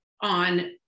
on